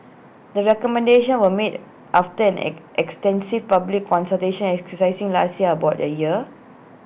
the recommendations were made after an extensive public consultation exercise lasting about A year